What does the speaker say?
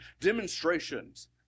demonstrations